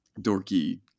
dorky